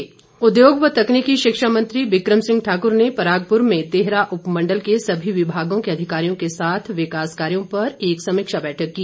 समीक्षा बैठक उद्योग एवं तकनीकी शिक्षा मंत्री बिक्रम सिंह ठाकुर ने परागपुर में देहरा उपमंडल के सभी विभागों के अधिकारियों के साथ विकास कार्यों पर एक समीक्षा बैठक की